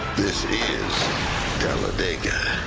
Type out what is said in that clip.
this is talladega.